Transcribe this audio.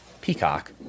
Peacock